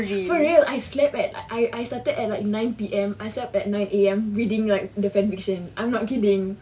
for real I slept at I I started at like nine P_M and I slept at nine A_M reading like the fan fiction I'm not kidding